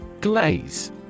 Glaze